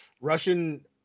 russian